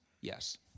yes